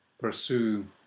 pursue